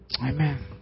Amen